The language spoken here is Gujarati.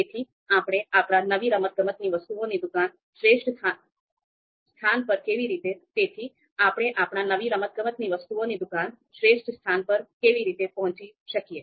તેથી આપણે આપણા નવી રમતગમતની વસ્તુઓની દુકાન શ્રેષ્ઠ સ્થાન પર કેવી રીતે પહોંચી શકીએ